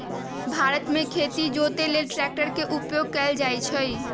भारत मे खेती जोते लेल ट्रैक्टर के उपयोग कएल जाइ छइ